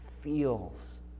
feels